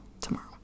tomorrow